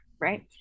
Right